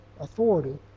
authority